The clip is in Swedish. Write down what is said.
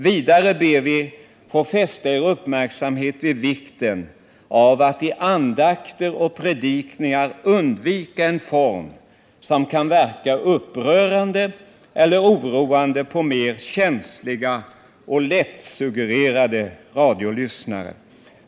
Vidare be vi få fästa Eder uppmärksamhet vid vikten av att i andakter och predikningar undvika en form, som kan verka upprörande eller oroande på mera känsliga och lättsuggererade radiolyssnare.